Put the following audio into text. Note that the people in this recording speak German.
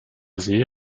see